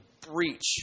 breach